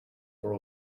for